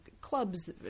clubs